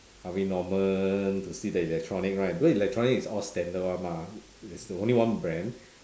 harvey norman to see the electronic right because electronic is all standard [one] mah it's only one brand